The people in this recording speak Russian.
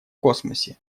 космосе